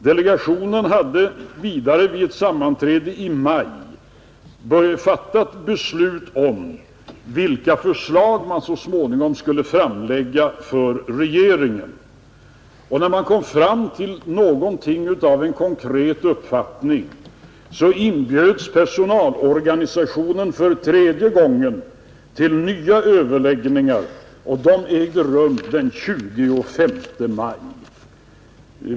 Delegationen hade vidare vid ett sammanträde i maj fattat beslut om vilka förslag man så småningom skulle framlägga för regeringen och när man kom fram till någonting utav en konkret uppfattning inbjöds personalorganisationerna för tredje gången till nya överläggningar och de ägde rum den 25 maj.